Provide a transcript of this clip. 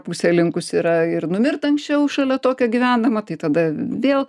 pusė linkusi yra ir numirt anksčiau šalia tokio gyvendama tai tada vėl